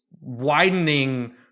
widening